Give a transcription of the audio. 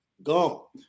Go